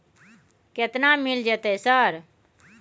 केतना मिल जेतै सर?